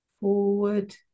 Forward